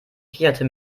kicherte